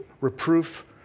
reproof